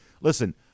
listen –